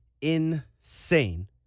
insane